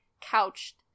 couched